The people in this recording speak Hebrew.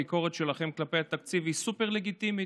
הביקורת שלכם כלפי התקציב היא סופר-לגיטימית.